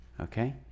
Okay